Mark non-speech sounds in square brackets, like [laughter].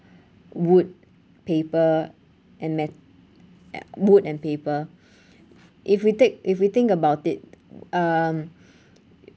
wood paper and met~ at~ wood and paper [breath] if we take if we think about it [noise] um